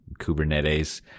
Kubernetes